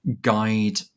guide